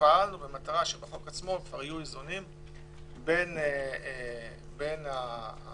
פעלנו במטרה שבחוק עצמו כבר יהיו איזונים בין המאבק